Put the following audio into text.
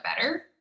better